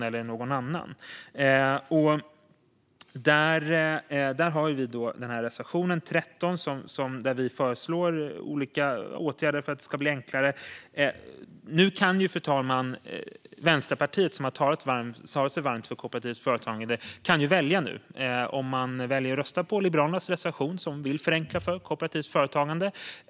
På den punkten har vi alltså reservation 13, där vi föreslår olika åtgärder för att det ska bli enklare. Nu kan Vänsterpartiet - som har talat sig varmt för kooperativt företagande - välja, fru talman: Vill man rösta på Liberalernas reservation, som vill förenkla för kooperativt företagande?